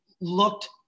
looked